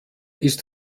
ist